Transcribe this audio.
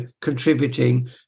contributing